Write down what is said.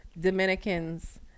Dominicans